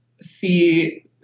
see